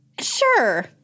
Sure